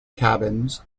cabins